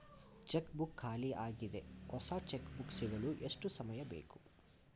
Check book ಖಾಲಿ ಯಾಗಿದೆ, ಹೊಸ ಚೆಕ್ ಬುಕ್ ಸಿಗಲು ಎಷ್ಟು ಸಮಯ ಬೇಕು?